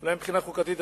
אולי מבחינה חוקתית,